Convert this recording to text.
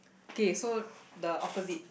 okay so the opposite